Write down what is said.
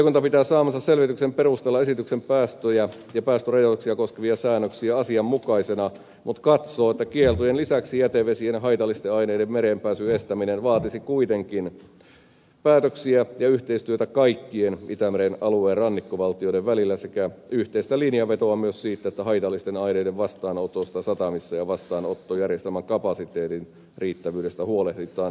valiokunta pitää saamansa selvityksen perusteella esityksen päästöjä ja päästörajoituksia koskevia säännöksiä asianmukaisina mutta katsoo että kieltojen lisäksi jätevesien haitallisten aineiden mereen pääsyn estäminen vaatisi kuitenkin päätöksiä ja yhteistyötä kaikkien itämeren alueen rannikkovaltioiden välillä sekä yhteistä linjavetoa myös siitä että haitallisten aineiden vastaanotosta satamissa ja vastaanottojärjestelmän kapasiteetin riittävyydestä huolehditaan yhtenäisin periaattein